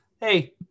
Hey